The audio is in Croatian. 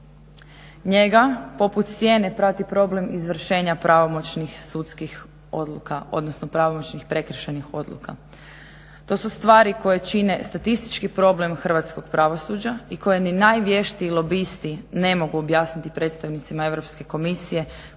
Njega poput sjene prati problem izvršenja pravomoćnih sudskih odluka, odnosno pravomoćnih prekršajnih odluka. To su stvari koje čine statistički problem hrvatskog pravosuđa i koje ni najvještiji lobisti ne mogu objasniti predstavnicima Europske komisije